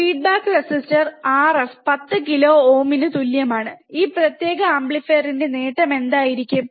feedback resistor R f 10കിലോ ohm ന് തുല്യമാണ് ഈ പ്രത്യേക ആംപ്ലിഫയറിന്റെ നേട്ടം എന്തായിരിക്കും